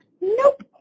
Nope